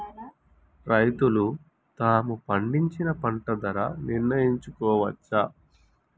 రైతులు తాము పండించిన పంట ధర నిర్ణయించుకోవచ్చా?